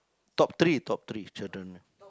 top three top three children name